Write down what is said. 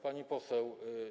Pani poseł.